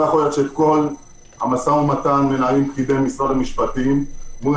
לא ייתכן שכל המשא ומתן מנהלים פקידי משרד המשפטים מול